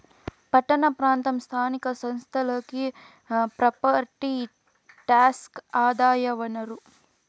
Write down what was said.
పట్టణ ప్రాంత స్థానిక సంస్థలకి ప్రాపర్టీ టాక్సే ఆదాయ వనరు